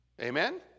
Amen